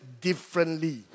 differently